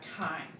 time